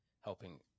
helping